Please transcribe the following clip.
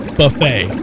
buffet